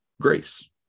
grace